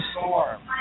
Storm